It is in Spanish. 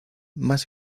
más